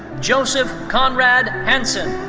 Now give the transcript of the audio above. joseph conrad hanson.